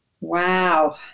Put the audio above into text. Wow